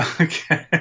Okay